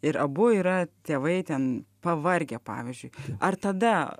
ir abu yra tėvai ten pavargę pavyzdžiui ar tada